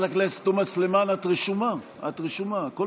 חברת הכנסת תומא סלימאן, את רשומה, הכול